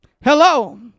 Hello